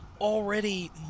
already